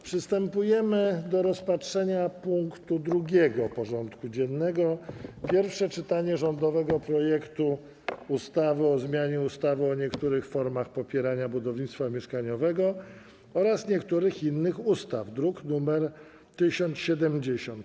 Przystępujemy do rozpatrzenia punktu 2. porządku dziennego: Pierwsze czytanie rządowego projektu ustawy o zmianie ustawy o niektórych formach popierania budownictwa mieszkaniowego oraz niektórych innych ustaw (druk nr 1070)